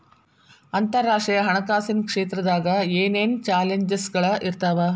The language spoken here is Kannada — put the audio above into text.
ಅಂತರರಾಷ್ಟ್ರೇಯ ಹಣಕಾಸಿನ್ ಕ್ಷೇತ್ರದಾಗ ಏನೇನ್ ಚಾಲೆಂಜಸ್ಗಳ ಇರ್ತಾವ